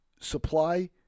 supply